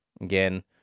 Again